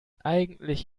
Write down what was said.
eigentlich